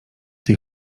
tej